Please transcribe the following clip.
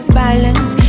balance